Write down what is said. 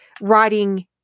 writing